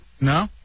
No